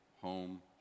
home